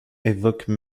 évoquent